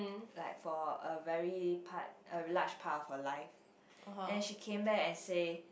like for a very part a large part of her life and she came back and say